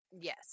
Yes